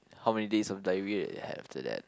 how many days of diarrhea you have after that